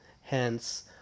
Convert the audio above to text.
Hence